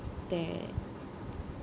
that